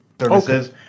services